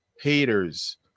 haters